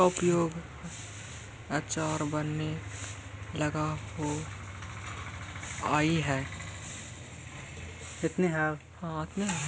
नींबू का प्रयोग अचार बनावे ला होवअ हई